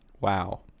wow